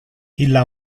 illa